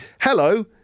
Hello